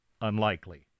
unlikely